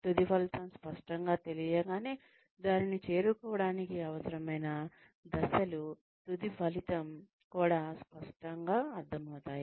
తుది ఫలితం స్పష్టంగా తెలియగానే దానిని చేరుకోవడానికి అవసరమైన దశలు కూడా స్పష్టమవుతాయి